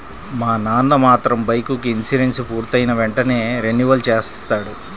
మా నాన్న మాత్రం బైకుకి ఇన్సూరెన్సు పూర్తయిన వెంటనే రెన్యువల్ చేయిస్తాడు